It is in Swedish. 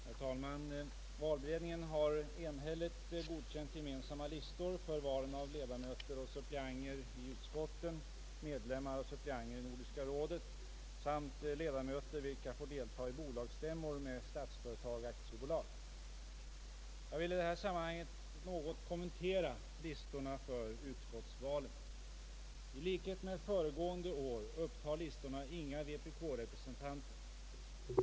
Herr talman! Valberedningen har enhälligt godkänt gemensamma listor för valen av ledamöter och suppleanter i utskotten, medlemmar och suppleanter i Nordiska rådet samt ledamöter vilka får delta i bolagsstämmor med Statsföretag AB. Jag vill i detta sammanhang något kommentera listorna för utskottsvalen. I likhet med föregående år upptar listorna inga vpk-representanter.